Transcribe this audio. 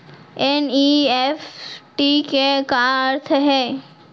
NEFT के का अर्थ है?